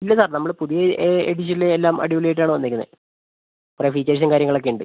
ഇല്ല സാർ നമ്മൾ പുതിയ എഡിഷനിൽ എല്ലാം അടിപൊളി ആയിട്ടാണ് വന്നിരിക്കുന്നത് കുറേ ഫീച്ചേഴ്സും കാര്യങ്ങളൊക്കെ ഉണ്ട്